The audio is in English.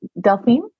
Delphine